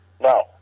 No